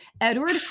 edward